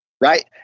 right